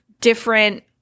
different